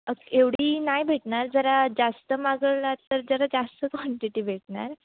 अ एवढी नाही भेटणार जरा जास्त मागवलात तर जरा जास्त काँटिटी भेटणार